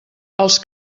els